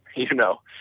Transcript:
you know,